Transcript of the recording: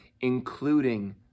including